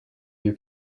you